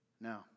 Now